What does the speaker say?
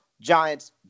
Giants